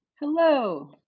Hello